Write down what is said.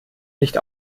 nicht